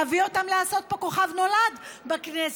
להביא אותם לעשות פה כוכב נולד בכנסת,